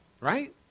right